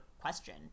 question